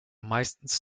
meistens